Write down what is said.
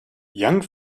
young